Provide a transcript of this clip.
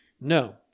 No